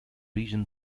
region